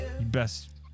best